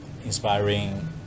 inspiring